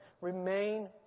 Remain